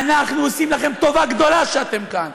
אנחנו עושים לכם טובה גדולה שאתם כאן.